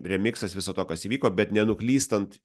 remiksas viso to kas įvyko bet nenuklystant